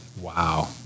wow